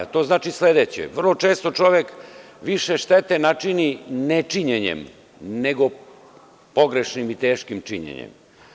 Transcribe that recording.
To znači sledeće da čovek vrlo često više štete načini ne činjenjem nego pogrešnim i teškim činjenjem.